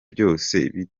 byose